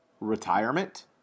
retirement